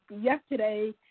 yesterday